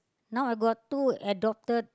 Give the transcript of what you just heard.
now I got two adopted